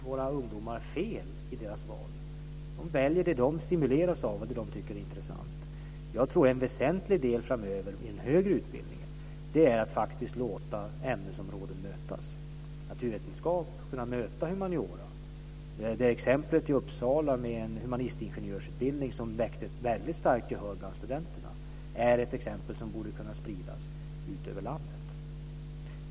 Våra ungdomar har inte fel i sina val. De väljer det de stimuleras av och tycker är intressant. Jag tror att en väsentlig del framöver i den högre utbildningen är att faktiskt låta ämnesområden mötas, naturvetenskap möta humaniora. Exemplet i Uppsala, där en humanistingenjörsutbildning väckte ett väldigt starkt gehör bland studenterna, är någonting som borde kunna spridas ut över landet.